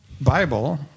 Bible